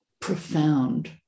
profound